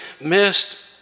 missed